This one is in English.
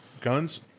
guns